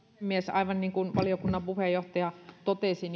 aivan niin kuin valiokunnan puheenjohtaja totesi